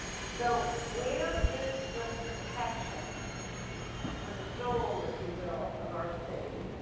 so where is the protection for the soul, if you will, of our city